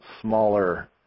smaller